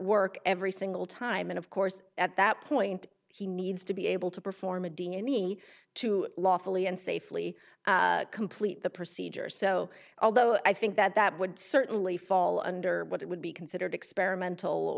work every single time and of course at that point he needs to be able to perform a deanie to lawfully and safely complete the procedure so although i think that that would certainly fall under what it would be considered experimental